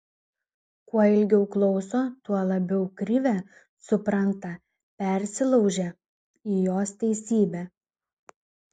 kuo ilgiau klauso tuo labiau krivę supranta persilaužia į jos teisybę